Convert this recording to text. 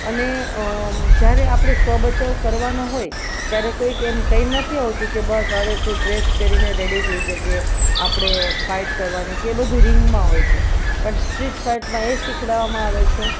અને જ્યારે આપણે સ્વ બચાવ કરવાનો હોય ત્યારે કોઈક એમ કહીણે નથી આવતું કે બસ હવે તું ડ્રેસ પહેરીને રેડી થઈ જજે આપણે ફાઇટ કરવાની છે એ બધુ રિંગમાં હોય છે અને સ્ટ્રીટ ફાઇટમાં એ શીખવાડવામાં આવે છે